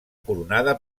coronada